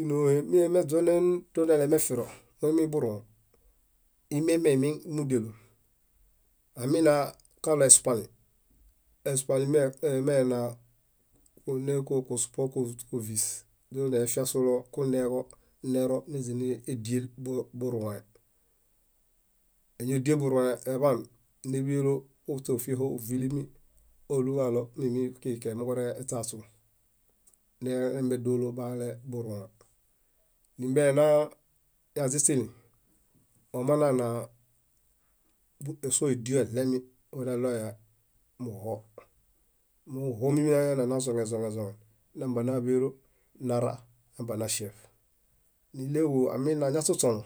Ínohe minemeźonen toneemefiro, momiburũo, imieŋemeŋ mudialum aminakalo esupali; esupali mena kunekovis nefiasulo kuneġp nero neźanrdiel burũe eñadieeḃan, néḃelo óśefieho óvilimi imoġalo keeġo moġureśasu nelemben dólo bahale burũe. Nimbiena yazinśili, omanana esoédio eɭeemi waneɭoyao esoo nañazoḃezoḃ nambie náḃelo narah, aminayasośoloŋ,